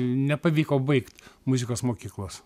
nepavyko baigt muzikos mokyklos